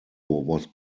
was